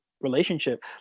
relationship